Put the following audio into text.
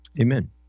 Amen